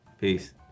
Peace